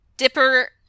Dipper